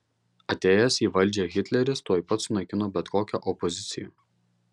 atėjęs į valdžią hitleris tuoj pat sunaikino bet kokią opoziciją